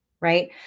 Right